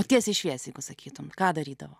tiesiai šviesiai pasakytum ką darydavo